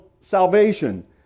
salvation